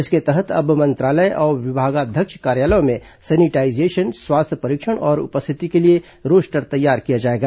इसके तहत अब मंत्रालय और विभागाध्यक्ष कार्यालयों में सैनिटाईजेशन स्वास्थ्य परीक्षण और उपस्थिति के लिए रोस्टर तैयार किया जाएगा